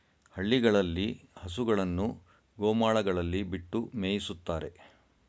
ಹಳ್ಳಿಗಳಲ್ಲಿ ಹಸುಗಳನ್ನು ಗೋಮಾಳಗಳಲ್ಲಿ ಬಿಟ್ಟು ಮೇಯಿಸುತ್ತಾರೆ